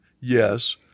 yes